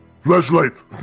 flashlight